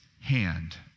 hand